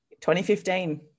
2015